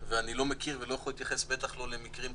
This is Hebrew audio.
אנחנו לא יכולים כל היום להתחרות בינינו מי יותר נחמד.